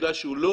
בגלל שהוא לא